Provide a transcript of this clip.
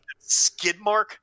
Skidmark